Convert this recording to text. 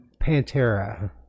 Pantera